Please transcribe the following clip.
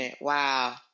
Wow